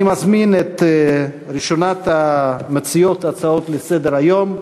אני מזמין את ראשונת המציעות הצעה לסדר-היום,